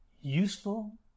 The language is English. useful